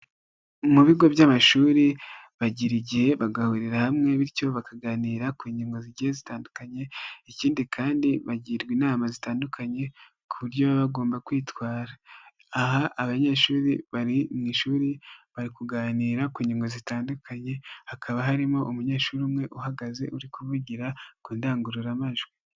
Mu bigo by'amashuri bagira igihe bagahurira hamwe bityo bakaganira ku ngingo zigiye zitandukanye, ikindi kandi bagirwa inama zitandukanye ku buryo bagomba kwitwara, aha abanyeshuri bari mu ishuri bari kuganira ku ngingo zitandukanye hakaba harimo umunyeshuri umwe uhagaze uri kuvugira ku ndangururamajwi.